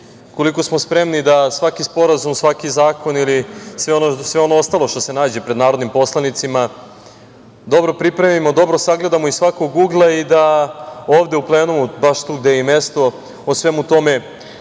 koliko smo spremni da svaki sporazum, svaki zakon ili sve ono ostalo što se nađe pred narodnim poslanicima dobro pripremimo, dobro sagledamo iz svakog ugla i da ovde u plenumu, baš tu gde je i mesto, o svemu tome